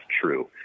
true